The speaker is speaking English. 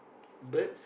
birds